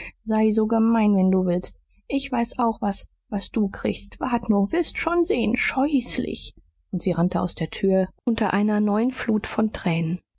sei so gemein wenn du willst ich weiß auch was was du kriegst wart nur wirst's schon sehn scheußlich und sie rannte aus der tür unter einer neuen flut von tränen